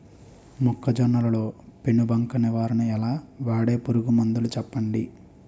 మొక్కజొన్న లో పెను బంక నివారణ ఎలా? వాడే పురుగు మందులు చెప్పండి?